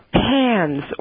pans